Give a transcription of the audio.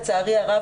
לצערי הרב,